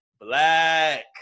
Black